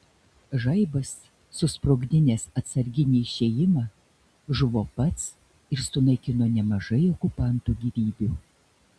žaibas susprogdinęs atsarginį išėjimą žuvo pats ir sunaikino nemažai okupantų gyvybių